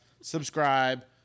subscribe